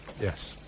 Yes